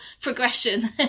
progression